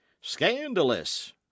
scandalous